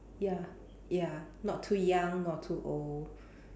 ya ya not too young not too old